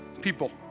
people